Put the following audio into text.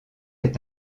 est